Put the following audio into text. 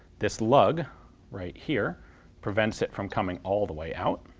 this lug right here prevents it from coming all the way out